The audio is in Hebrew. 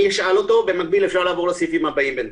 אני אשאל אותו ומקביל אפשר לעבור לסעיפים הבאים.